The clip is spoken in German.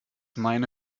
meine